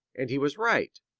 and he was right,